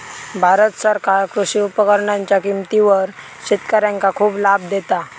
भारत सरकार कृषी उपकरणांच्या किमतीवर शेतकऱ्यांका खूप लाभ देता